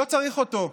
לא צריך אותו.